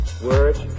words